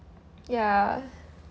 ya